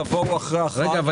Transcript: תבואו אחרי החג --- רגע,